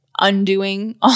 undoing